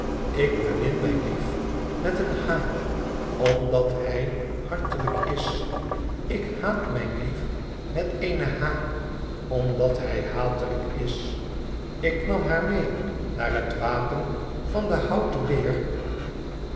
ik bemin mijn lief met eene h omdat zij hartelijk is ik haat mijn lief met eene h omdat zij hatelijk is ik nam haar mee naar het wapen van den houten beer